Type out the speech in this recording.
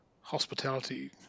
hospitality